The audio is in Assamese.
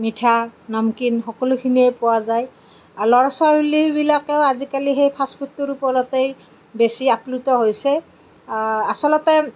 মিঠা নমকিন সকলোখিনিয়েই পোৱা যায় আৰু ল'ৰা ছোৱালীবিলাকেও আজিকালি সেই ফাষ্টফুডটোৰ ওপৰতেই বেছি আপ্লুত হৈছে আচলতে